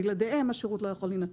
אמן, תודה רבה לך.